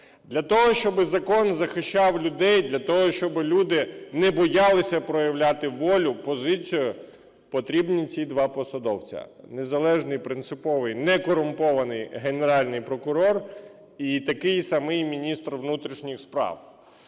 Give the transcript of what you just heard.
Для того, щоб закон захищав людей, для того, щоб люди не боялися проявляти волю, позицію, потрібні ці два посадовця: незалежний принциповий некорумпований Генеральний прокурор і такий самий міністр внутрішніх справ.